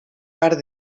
part